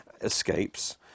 escapes